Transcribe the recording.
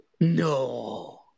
No